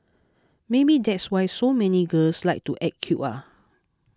maybe that's why so many girls like to act cute ah